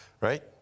right